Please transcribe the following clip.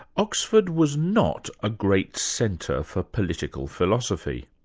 oxford was not a great centre for political philosophy.